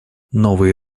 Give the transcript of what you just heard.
новые